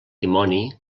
dimoni